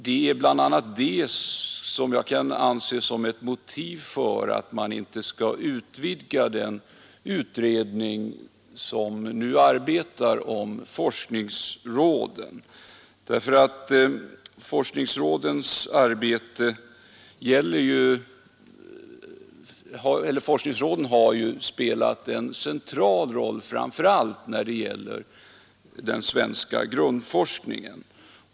Det är bl.a. det som jag anser kan vara ett motiv för att inte utvidga den utredning om forskningsråden som nu arbetar. Forskningsråden har spelat en central roll framför allt när det gäller den svenska grundforskningen.